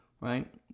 right